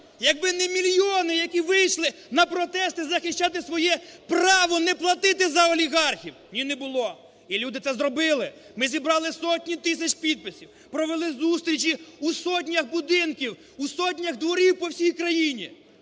якби не мільйони, які вийшли на протести захищати своє право не платити за олігархів. Ні, не було. І люди це зробили, ми зібрали сотні тисяч підписів, провели зустрічі у сотнях будинків, у сотнях дворів по всій країні.